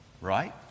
Right